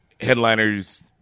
headliners